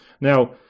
Now